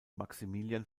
maximilian